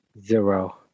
Zero